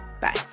Bye